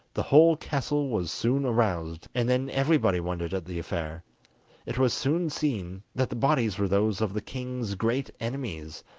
the whole castle was soon aroused, and then everybody wondered at the affair it was soon seen that the bodies were those of the king's great enemies,